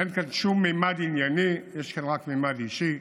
אין כאן שום ממד ענייני, יש כאן רק ממד אישי,